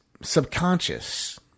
subconscious